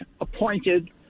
appointed